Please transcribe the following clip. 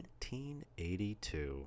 1982